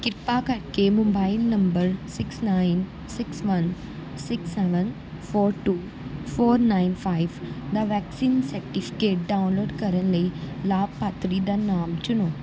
ਕਿਰਪਾ ਕਰਕੇ mobile number six nine six one six seven four two four nine five ਦਾ vaccine certificate download ਕਰਨ ਲਈ ਲਾਭਪਾਤਰੀ ਦਾ ਨਾਮ ਚੁਣੋ